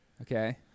Okay